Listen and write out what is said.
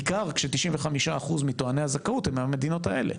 בעיקר כש-95% מטועני הזכאות הם מהמדינות האלה.